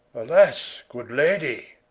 alas good lady